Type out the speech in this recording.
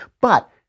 But-